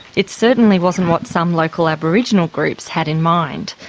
it certainly wasn't what some local aboriginal groups had in mind.